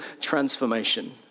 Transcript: transformation